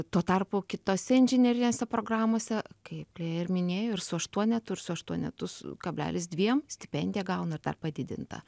tuo tarpu kitose inžinerinėse programose kaip klėja ir minėjo ir su aštuonetu ir su aštuonetus kablelis dviem stipendiją gauna ir dar padidintą